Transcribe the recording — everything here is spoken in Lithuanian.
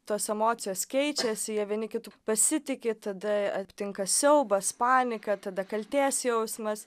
tos emocijos keičiasi jie vieni kitu pasitiki tada aptinka siaubas panika tada kaltės jausmas